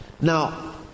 Now